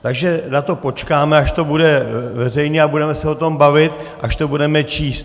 Takže na to počkáme, až to bude veřejně, a budeme se o tom bavit, až to budeme číst.